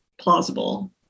plausible